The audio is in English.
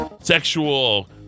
sexual